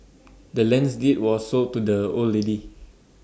the land's deed was sold to the old lady